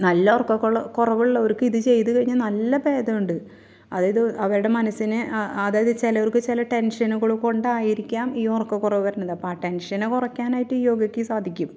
നല്ല ഉറക്കക്കുള്ള കുറവുള്ളവർക്ക് ഇതു ചെയ്തു കഴിഞ്ഞാൽ നല്ല ഭേദമുണ്ട് അതായത് അവരുടെ മനസ്സിന് ആ അതായത് ചിലർക്ക് ചില ടെൻഷനുകൾ കൊണ്ടായിരിക്കാം ഈ ഉറക്കക്കുറവ് വരണത് അപ്പം ആ ടെൻഷനെ കുറയ്ക്കാനായിട്ട് ഈ യോഗയ്ക്ക് സാധിക്കും